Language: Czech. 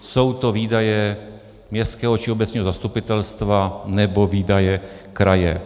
Jsou to výdaje městského či obecního zastupitelstva nebo výdaje kraje.